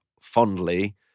fondly